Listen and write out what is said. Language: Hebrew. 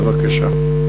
בבקשה.